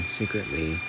secretly